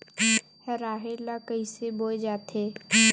राहेर ल कइसे बोय जाथे?